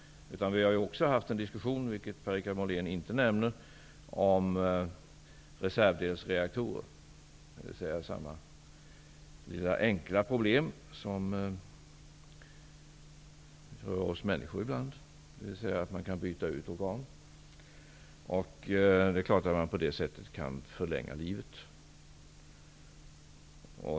Vi har också haft en diskussion -- vilket Per-Richard Molén inte nämner -- om reservdelsreaktorer, dvs. samma problem som kan uppstå med oss människor ibland, då det blir nödvändigt att byta ut organ. På det sättet kan man förlänga livet.